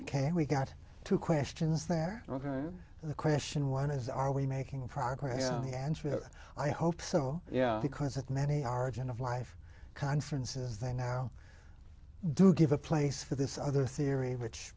ok we got two questions there ok the question one is are we making progress and i hope so yeah because of many origin of life conferences they now do give a place for this other theory which